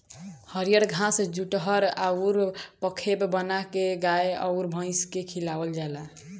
हरिअर घास जुठहर अउर पखेव बाना के गाय अउर भइस के खियावल जाला